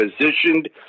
positioned